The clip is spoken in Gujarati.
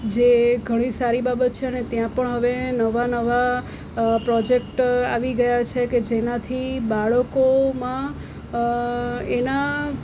જે ઘણી સારી બાબત છે અને ત્યાં પણ હવે નવા નવા પ્રોજેક્ટરો આવી ગયા છે કે જેનાથી બાળકોમાં એના